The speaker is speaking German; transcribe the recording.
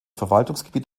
verwaltungsgebiet